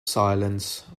silence